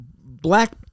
black